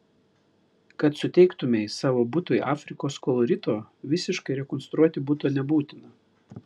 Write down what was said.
kad suteiktumei savo butui afrikos kolorito visiškai rekonstruoti buto nebūtina